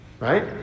Right